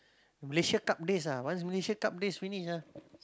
Malaysia-Cup days ah once Malaysia-Cup days finish ah